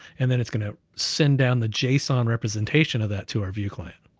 and then it's gonna send down the json representation of that to our view client.